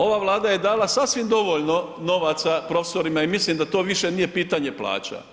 Ova Vlada je dala sasvim dovoljno novaca profesorima i mislim da to više nije pitanje plaća.